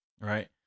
Right